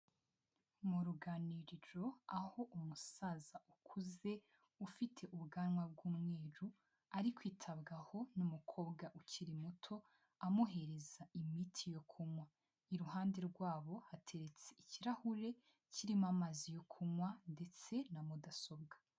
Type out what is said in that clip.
Mu ruganiriro aho umusaza ukuze ufite ubwanwa bw'umweruru ari kwitabwaho n'umukobwa ukiri muto amuhereza imiti yo kunywa iruhande rwabo hateretse ikirahure kirimo amazi yo kunywa ndetse na mudasobwa.